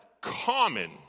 common